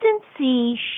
Consistency